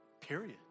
period